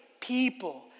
people